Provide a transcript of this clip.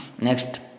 Next